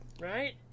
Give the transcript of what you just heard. right